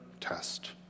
test